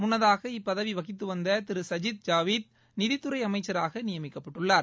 முன்னதாக இப்பதவி வகித்து வந்த திரு சஜித் ஜாவித் நிதித்துறை அமைச்சராக நியமிக்கப்பட்டுள்ளார்